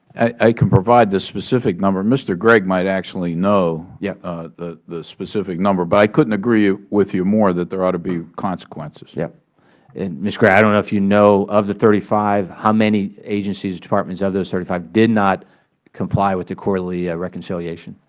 i can provide the specific number. mr. gregg might actually know yeah the the specific number. but i couldn't agree ah with you more that there ought to be consequences. yeah and mr. gregg, i don't know if you know, of the thirty five, how many agencies, departments of those thirty sort of five did not comply with the quarterly reconciliation.